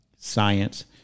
Science